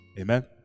Amen